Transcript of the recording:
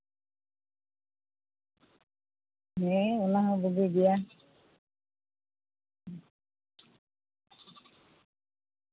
ᱦᱮᱸ ᱚᱱᱟ ᱦᱚᱸ ᱵᱩᱜᱤ ᱜᱮᱭᱟ